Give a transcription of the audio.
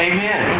Amen